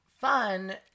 fun